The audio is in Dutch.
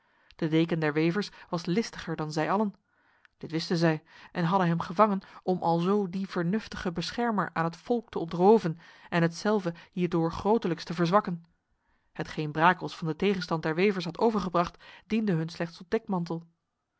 de deken der wevers was listiger dan zij allen dit wisten zij en hadden hem gevangen om alzo die vernuftige beschermer aan het volk te ontroven en hetzelve hierdoor grotelijks te verzwakken hetgeen brakels van de tegenstand der wevers had overgebracht diende hun slechts tot